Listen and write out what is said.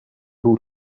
rule